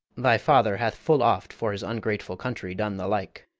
thy father hath full oft for his ungrateful country done the like.